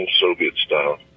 Soviet-style